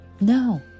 No